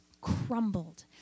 crumbled